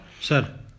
Sir